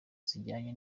zijyanye